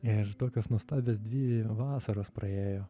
ir tokios nuostabios dvi vasaros praėjo